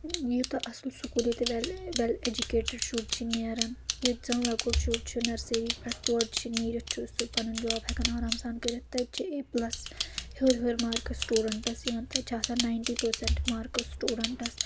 یوٗتاہ اَصٕل سکوٗل ییٚتہِ ویٚل ویٚل ایٚجُوکیٹِڈ شُرۍ چھِ نیٚران ییٚتہِ زَن لۄکُٹ شُر چھُ نَرسٔری پؠٹھ تورٕ چھِ نیٖرِتھ چھُ سُہ پَنُن جاب ہیٚکان آرام سان کٔرِتھ تَتہِ چھِ اے پٕلَس ہیٚور ہیٚور مارکٕس سٹوٗڈَنٛٹَس یِوان تَتہِ چھِ آسان نایِنٛٹی پٔرسَنٛٹ مارکٕس سٹوٗڈَنٹَس